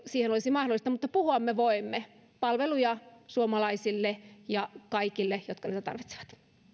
siihen olisi mahdollisuutta mutta puhua me voimme palveluja suomalaisille ja kaikille jotka niitä tarvitsevat